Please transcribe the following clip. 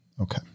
Okay